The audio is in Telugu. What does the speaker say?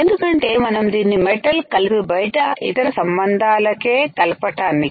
ఎందుకంటే మనం దీన్ని మెటల్ కలిపి బయట ఇతర సంబంధాలకే కలపటానికి